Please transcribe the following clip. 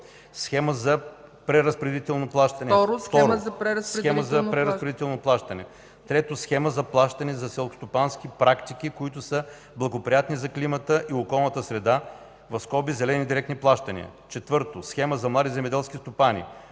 Схема за преразпределително плащане; 3. Схема за плащане за селскостопански практики, които са благоприятни за климата и околната среда (зелени директни плащания); 4. Схема за млади земеделски стопани;